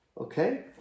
Okay